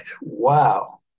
wow